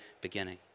beginning